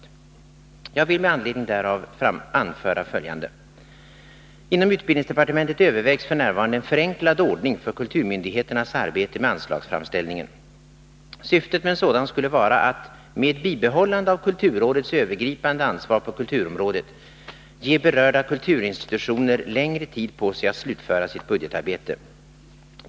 Jag vill med anledning härav anföra följande: Inom utbildningsdepartementet övervägs f. n. en förenklad ordning för kulturmyndigheternas arbete med anslagsframställningen. Syftet med en sådan skulle vara att —- med bibehållande av kulturrådets övergripande ansvar på kulturområdet — ge berörda kulturinstitutioner längre tid på sig att slutföra sitt budgetarbete.